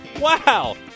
Wow